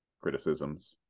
criticisms